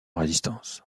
résistance